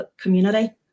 community